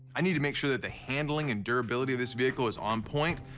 i need to make sure that the handling and durability of this vehicle is on point.